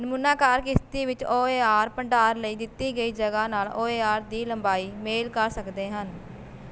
ਨਮੂਨਾਕਾਰ ਕਿਸ਼ਤੀ ਵਿੱਚ O A R ਭੰਡਾਰ ਲਈ ਦਿੱਤੀ ਗਈ ਜਗ੍ਹਾ ਨਾਲ ਓ ਏ ਆਰ ਦੀ ਲੰਬਾਈ ਮੇਲ ਕਰ ਸਕਦੇ ਹਨ